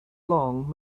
long